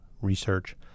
research